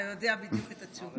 אתה יודע בדיוק את התשובה.